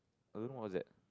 I don't know what was that